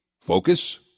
focus